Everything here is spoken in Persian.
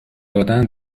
دادن